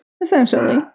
Essentially